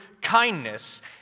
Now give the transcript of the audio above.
kindness